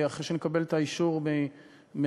אחרי שנקבל את האישור מהמליאה,